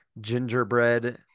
gingerbread